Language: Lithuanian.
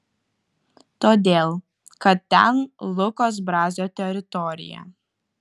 todėl kad ten lukos brazio teritorija